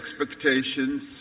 expectations